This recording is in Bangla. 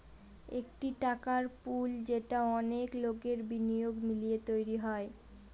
একটি টাকার পুল যেটা অনেক লোকের বিনিয়োগ মিলিয়ে তৈরী হয়